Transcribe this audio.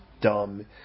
dumb